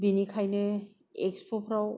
बिनिखायनो एक्सप'फ्राव